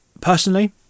personally